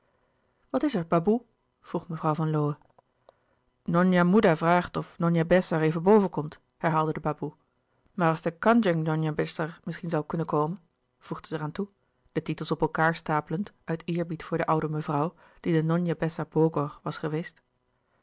wat is er baboe vroeg mevrouw van lowe njonja moeda vraagt of njonja besar even boven komt herhaalde de baboe maar als de kandjeng njonja besar misschien zoû kunnen komen voegde zij er aan toe de titels op elkaâr stapelend uit eerbied voor de oude mevrouw die de njonja besar bogor was geweest